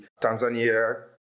Tanzania